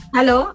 Hello